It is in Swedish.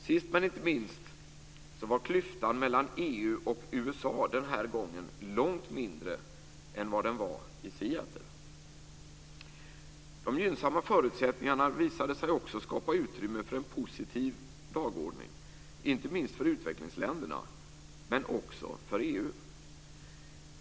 Sist, men inte minst, var klyftan mellan EU och USA den här gången långt mindre än vad den var i De gynnsamma förutsättningarna visade sig också skapa utrymme för en positiv dagordning, inte minst för utvecklingsländerna men också för EU.